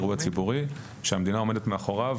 אירוע ציבורי שהמדינה עומדת מאחוריו.